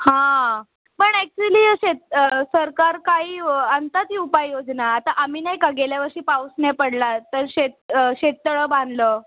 हां पण ॲक्चुअली शेत सरकार काही आणतात उपाययोजना आता आम्ही नाही का गेल्या वर्षी पाऊस नाही पडला तर शेत शेततळं बांधलं